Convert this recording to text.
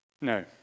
No